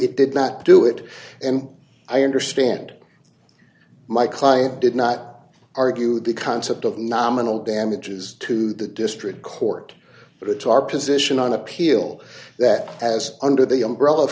it did not do it and i understand my client did not argue the concept of nominal damages to the district court but to our position on appeal that as under the umbrella of